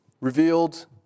Revealed